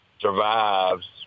survives